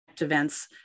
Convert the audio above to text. events